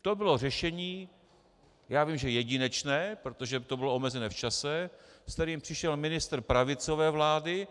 To bylo řešení, já vím, že jedinečné, protože to bylo omezené v čase, se kterým přišel ministr pravicové vlády.